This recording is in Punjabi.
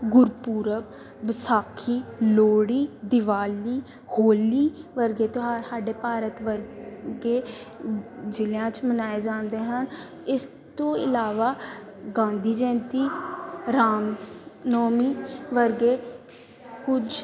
ਗੁਰਪੁਰਬ ਵਿਸਾਖੀ ਲੋਹੜੀ ਦਿਵਾਲੀ ਹੋਲੀ ਵਰਗੇ ਤਿਉਹਾਰ ਸਾਡੇ ਭਾਰਤ ਵਰਗੇ ਜ਼ਿਲਿਆਂ 'ਚ ਮਨਾਏ ਜਾਂਦੇ ਹਨ ਇਸ ਤੋਂ ਇਲਾਵਾ ਗਾਂਧੀ ਜੈਯੰਤੀ ਰਾਮ ਨੌਮੀ ਵਰਗੇ ਕੁਝ